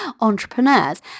entrepreneurs